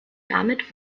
damit